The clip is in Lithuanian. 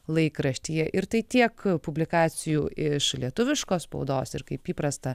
laikraštyje ir tai tiek publikacijų iš lietuviškos spaudos ir kaip įprasta